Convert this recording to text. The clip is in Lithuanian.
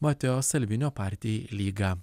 mateo salvinio partijai lyga